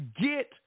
get